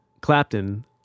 Clapton